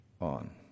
on